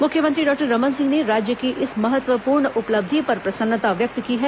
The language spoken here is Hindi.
मुख्यमंत्री डॉक्टर रमन सिंह ने राज्य की इस महत्वपूर्ण उपलब्धि पर प्रसन्नता व्यक्त की है